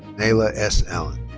nayah s. allen.